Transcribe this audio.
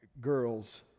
girls